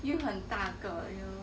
有很大个 you know